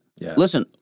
listen